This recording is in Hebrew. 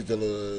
בבקשה.